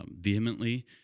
vehemently